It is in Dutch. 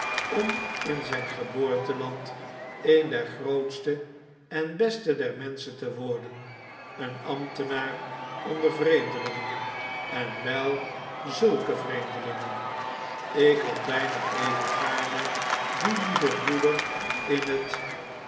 om in zgn geboorteland een der grootste enbesteder menschen te worden een ambtenaar onder vreemdelingen en wel zulke vreemdelingen ik had bijna even gaarne dien lieven broeder in het